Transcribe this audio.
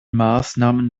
maßnahmen